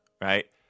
right